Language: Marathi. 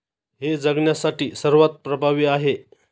हे जगण्यासाठी सर्वात प्रभावी आहे